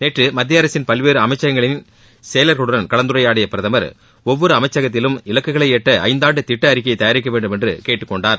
நேற்று மத்திய அரசின் பல்வேறு அமைச்சகங்களின் செயலர்களுடன் கலந்துரையாடிய பிரதமர் ஒவ்வொரு அமைச்சகத்திலும் இலக்குகளை எட்ட ஐந்தாண்டு திட்ட அறிக்கையை தயாரிக்க வேண்டும் என்று கேட்டுக் கொண்டார்